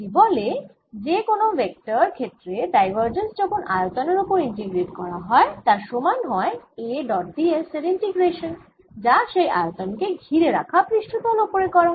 এটি বলে যে কোন ভেক্টর ক্ষেত্রের ডাইভারজেন্স যখন আয়তনের ওপর ইন্টিগ্রেট করা হয় তার সমান হয় A ডট ds এর ইন্টিগ্রেশান যা সেই আয়তন কে ঘিরে রাখা পৃষ্ঠতল ওপরে করা